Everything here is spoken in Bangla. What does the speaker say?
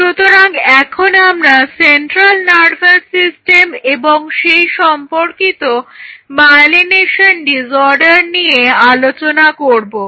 সুতরাং এখন আমরা সেন্ট্রাল নার্ভাস সিস্টেম এবং সেই সম্পর্কিত মায়েলিনেশন ডিজঅর্ডার নিয়ে আলোচনা করব